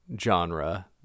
genre